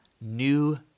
new